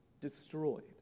destroyed